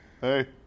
hey